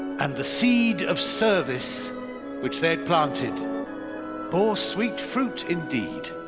and the seed of service which they had planted bore sweet fruit indeed.